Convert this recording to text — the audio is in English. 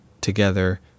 together